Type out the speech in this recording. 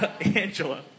Angela